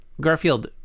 Garfield